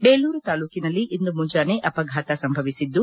ಬೇಲೂರು ತಾಲ್ಲೂಕಿನಲ್ಲಿ ಇಂದು ಮುಂಚಾನೆ ಅಪಘಾತ ಸಂಭವಿಸಿದ್ದು